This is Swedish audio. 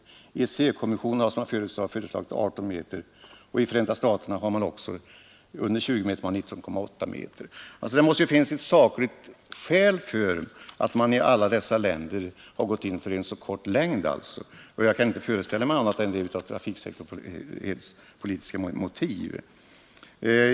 EEC-kommissionen har, som jag förut sade, föreslagit 18 meter, och i Förenta staterna har man också under 20 meter — 19,8 meter. Det måste finnas ett sakligt skäl till att man i alla dessa länder har gått in för så korta fordon, och jag kan inte föreställa mig annat än att det är trafiksäkerhetsmotiv som ligger bakom.